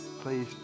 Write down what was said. Please